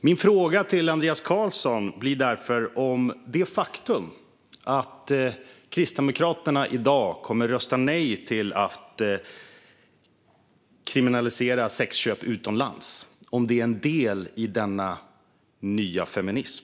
Min fråga till Andreas Carlson blir därför: Är det faktum att Kristdemokraterna i dag kommer att rösta nej till att kriminalisera sexköp utomlands en del i denna nya feminism?